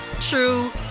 true